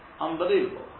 unbelievable